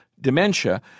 dementia